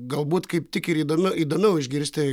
galbūt kaip tik ir įdom įdomiau išgirsti